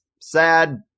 sad